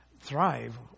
thrive